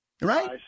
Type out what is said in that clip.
Right